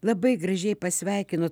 labai gražiai pasveikinot